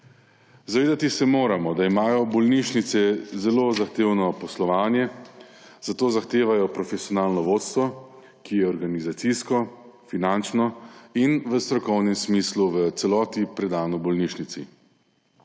Zavedati se moramo, da imajo bolnišnice zelo zahtevno poslovanje, zato zahtevajo profesionalno vodstvo, ki je organizacijsko, finančno in v strokovnem smislu v celoti predano bolnišnici.